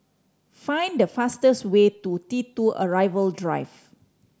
find the fastest way to T Two Arrival Drive